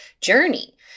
journey